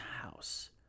house